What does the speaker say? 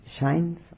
shines